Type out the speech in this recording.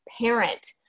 parent